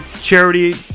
charity